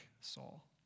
Saul